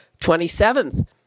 27th